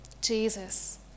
Jesus